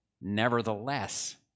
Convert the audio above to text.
Nevertheless